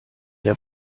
der